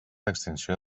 extinció